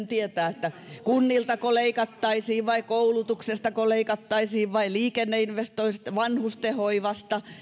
tietää että kunniltako leikattaisiin vai koulutuksestako leikattaisiin vai liikenneinvestoinneista vanhustenhoivasta